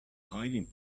hiding